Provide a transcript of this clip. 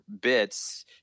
bits